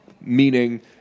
meaning